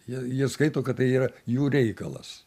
jie jie skaito kad tai yra jų reikalas